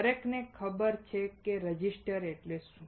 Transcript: દરેકને ખબર છે કે રેઝિસ્ટર એટલે શું